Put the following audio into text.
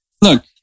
Look